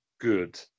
good